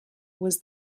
was